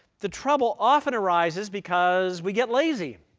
the trouble often arises because we get lazy.